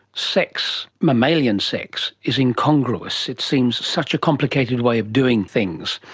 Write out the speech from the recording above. sex, mammalian sex is incongruous, it seems such a complicated way of doing things.